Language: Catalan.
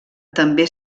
també